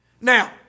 Now